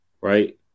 Right